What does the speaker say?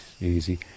easy